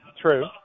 True